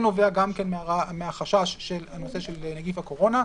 הוא כן נובע גם מהחשש של הנושא של נגיף הקורונה,